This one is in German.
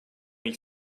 ich